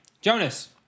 Jonas